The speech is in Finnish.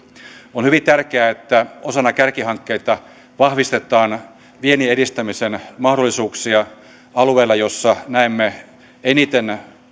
on hyvin tärkeää että osana kärkihankkeita vahvistetaan viennin edistämisen mahdollisuuksia alueella jossa näemme eniten